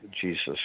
Jesus